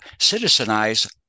citizenize